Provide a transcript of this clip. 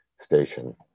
station